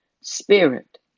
spirit